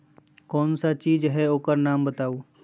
कौन सा चीज है ओकर नाम बताऊ?